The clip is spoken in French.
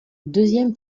deuxième